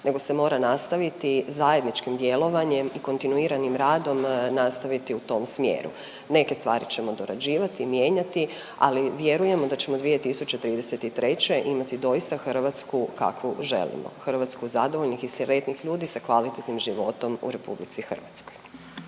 nego se mora nastaviti zajedničkim djelovanjem i kontinuiranim radom nastaviti u tom smjeru. Neke stvari ćemo dorađivati i mijenjati, ali vjerujemo da ćemo 2033. imati doista Hrvatsku kakvu želimo, Hrvatsku zadovoljnih i sretnih ljudi sa kvalitetnim životom u RH.